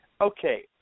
Okay